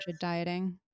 dieting